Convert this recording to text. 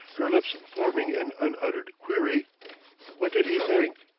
her lips forming an unuttered query what did he think?